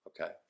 okay